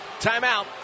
Timeout